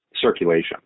circulation